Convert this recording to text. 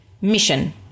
Mission